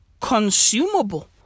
consumable